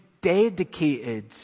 dedicated